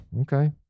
okay